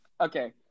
Okay